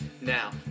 Now